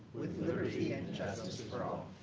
with liberty and justice for all.